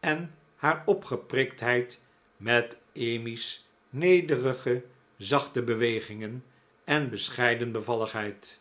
en haar opgepriktheid met emmy's nederige zachte bewegingen en bescheiden bevalligheid